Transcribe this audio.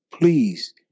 please